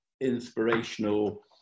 inspirational